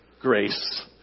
Grace